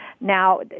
now